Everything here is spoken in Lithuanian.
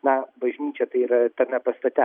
na bažnyčia tai yra tame pastate